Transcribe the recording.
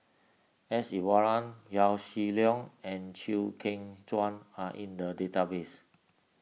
S Iswaran Yaw Shin Leong and Chew Kheng Chuan are in the database